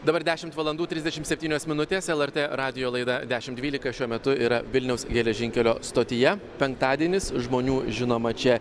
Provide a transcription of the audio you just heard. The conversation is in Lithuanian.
dabar dešimt valandų trisdešim septynios minutės lrt radijo laida dešim dvylika šiuo metu yra vilniaus geležinkelio stotyje penktadienis žmonių žinoma čia